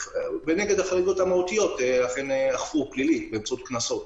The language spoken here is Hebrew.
וכנגד החריגות המהותיות אכפו פלילית באמצעות קנסות.